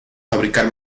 fabricar